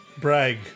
brag